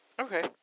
Okay